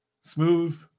smooth